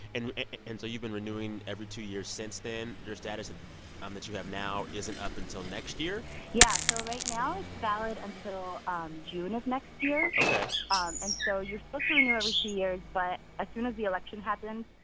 and and so you've been renewing every two years since then. your status that um that you have now isn't up until next year yeah. so right now it's valid until um june of next year ok um and so you're supposed to renew every two years. but as soon as the election happened,